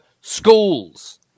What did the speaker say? schools